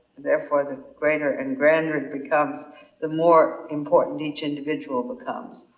therefore the greater and grander it becomes the more important each individual becomes.